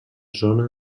zona